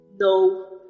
No